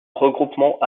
regroupement